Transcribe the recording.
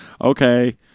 Okay